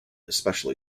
especially